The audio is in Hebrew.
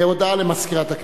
הודעה למזכירת הכנסת,